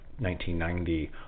1990